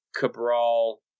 Cabral